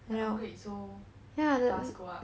the upgrade so fast go up